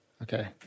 Okay